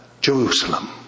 Jerusalem